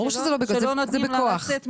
ברור שזה לא בכוח.